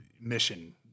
mission